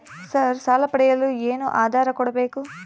Sir ಸಾಲ ಪಡೆಯಲು ಏನು ಆಧಾರ ಕೋಡಬೇಕು?